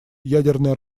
ядерное